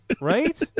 Right